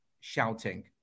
shouting